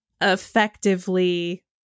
effectively